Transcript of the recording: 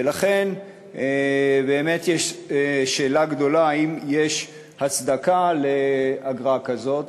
ולכן באמת יש שאלה גדולה האם יש הצדקה לאגרה כזו.